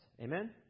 Amen